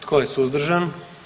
Tko je suzdržan?